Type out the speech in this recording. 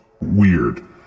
weird